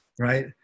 right